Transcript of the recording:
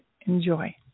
enjoy